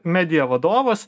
medija vadovas